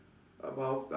about